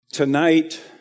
Tonight